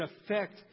affect